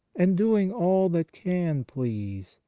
and doing all that can please,